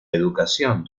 educación